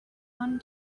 one